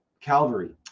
calvary